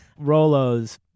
Rolos